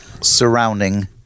surrounding